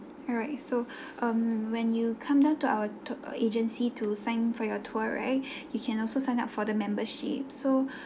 alright so um when you come down to our tour agency to sign for your tour right you can also sign up for the membership so